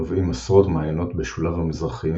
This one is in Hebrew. נובעים עשרות מעיינות בשוליו המזרחיים